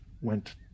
went